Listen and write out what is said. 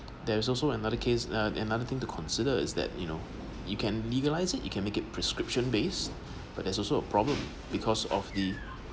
there was also another case uh and another thing to consider is that you know you can legalize it you can make it prescription base but there's also a problem because of the